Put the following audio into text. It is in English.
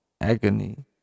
agony